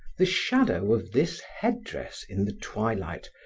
the shadow of this headdress, in the twilight,